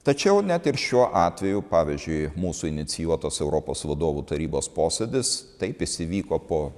tačiau net ir šiuo atveju pavyzdžiui mūsų inicijuotas europos vadovų tarybos posėdis taip jis įvyko po